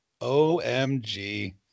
OMG